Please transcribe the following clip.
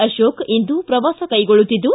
ಅಶೋಕ್ ಇಂದು ಪ್ರವಾಸ ಕೈಗೊಳ್ಳುತ್ತಿದ್ದು